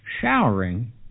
showering